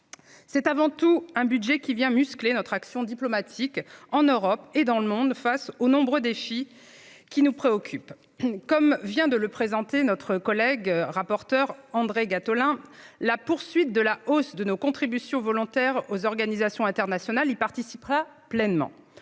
vient avant tout muscler notre action diplomatique en Europe et dans le monde, face aux nombreux défis qui nous préoccupent. Comme vient de l'expliquer notre collègue rapporteur pour avis André Gattolin, la poursuite de la hausse de nos contributions volontaires aux organisations internationales y participera pleinement.